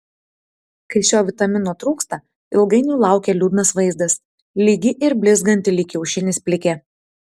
kai šio vitamino trūksta ilgainiui laukia liūdnas vaizdas lygi ir blizganti lyg kiaušinis plikė